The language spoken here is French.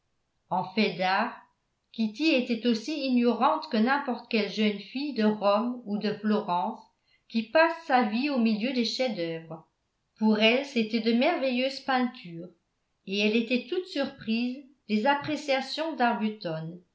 en fait d'art kitty était aussi ignorante que n'importe quelle jeune fille de rome ou de florence qui passe sa vie au milieu des chefs-d'œuvre pour elle c'étaient de merveilleuses peintures et elle était toute surprise des appréciations